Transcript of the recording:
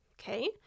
Okay